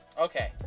Okay